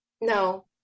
No